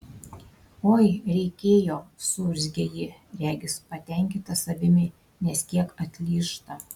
oi reikėjo suurzgia ji regis patenkinta savimi nes kiek atlyžta